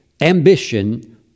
ambition